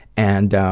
and,